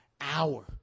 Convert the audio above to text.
hour